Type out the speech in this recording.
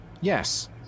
Yes